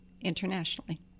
internationally